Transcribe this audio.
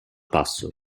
passo